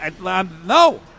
No